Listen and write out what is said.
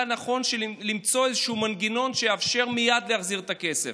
אולי נכון למצוא איזשהו מנגנון שיאפשר מייד להחזיר את הכסף.